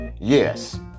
Yes